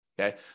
okay